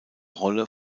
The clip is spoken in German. rolle